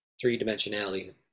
three-dimensionality